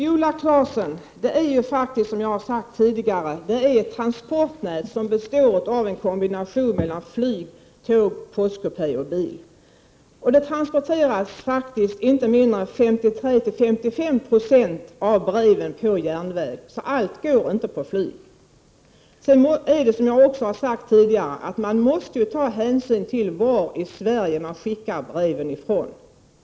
Herr talman! Det är som jag har sagt tidigare, Viola Claesson, att transportnätet består av en kombination av flyg, tåg, postkupé och bil. Inte mindre än 53-55 20 av posten transporteras på järnväg, så allt går inte med flyg. Som jag också har sagt tidigare måste man ta hänsyn till varifrån i Sverige breven skickas.